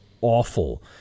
awful